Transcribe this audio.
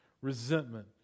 resentment